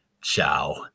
ciao